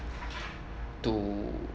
to